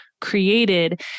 created